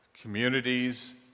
communities